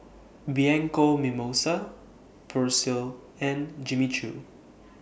Bianco Mimosa Persil and Jimmy Choo